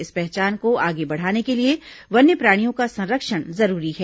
इस पहचान को आगे बढ़ाने के लिए वन्यप्राणियों का संरक्षण जरूरी है